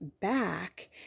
back